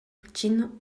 virgin